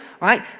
right